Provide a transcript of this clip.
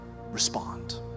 respond